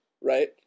right